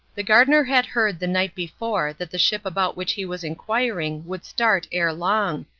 the gardener had heard the night before that the ship about which he was inquiring would start ere long,